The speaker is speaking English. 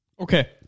Okay